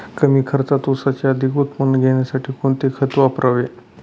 कमी खर्चात ऊसाचे अधिक उत्पादन घेण्यासाठी कोणते खत वापरावे?